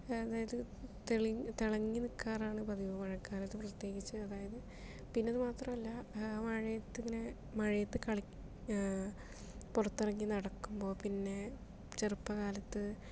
അതായത് തെളി തിളങ്ങി നിക്കാറാണ് പതിവ് മഴക്കാലത്ത് പ്രത്യേകിച്ച് അതായത് പിന്നതു മാത്രമല്ല മഴയത്തിങ്ങനെ മഴയത്ത് കളിക്കുക പുറത്തിറങ്ങി നടക്കുമ്പോൾ പിന്നെ ചെറുപ്പ കാലത്ത്